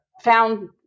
found